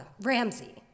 Ramsey